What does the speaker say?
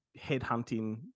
headhunting